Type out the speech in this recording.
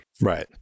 Right